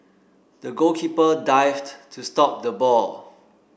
the goalkeeper dived to stop the ball